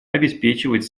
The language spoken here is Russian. обеспечивать